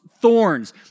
thorns